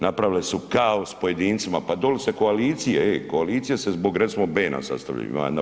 Napravile su kaos pojedincima, pa doli se koalicije, ej koalicije zbog recimo Bena sastavljaju.